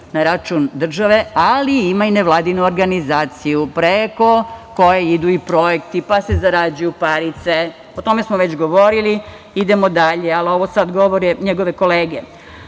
na račun države, ali ima i nevladinu organizaciju preko koje idu i projekti, pa se zarađuju parice. O tome smo već govorili. Idemo dalje, ali ovo sad govore njegove kolege.